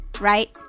Right